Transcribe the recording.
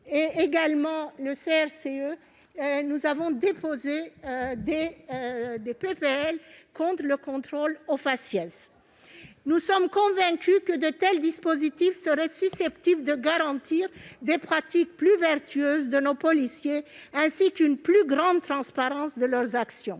des propositions de loi pour lutter contre le contrôle au faciès. Nous sommes convaincus que de tels dispositifs seraient susceptibles de garantir des pratiques plus vertueuses de nos policiers ainsi qu'une plus grande transparence de leurs actions.